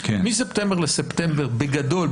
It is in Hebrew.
מספטמבר לספטמבר בגדול,